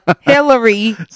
Hillary